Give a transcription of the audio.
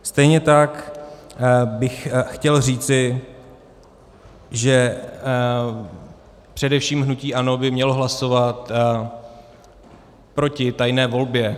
Stejně tak bych chtěl říci, že především hnutí ANO by mělo hlasovat proti tajné volbě.